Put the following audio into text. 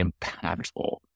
impactful